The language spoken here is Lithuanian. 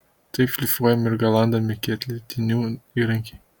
taip šlifuojami ir galandami kietlydinių įrankiai